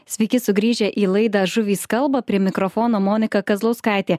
sveiki sugrįžę į laidą žuvys kalba prie mikrofono monika kazlauskaitė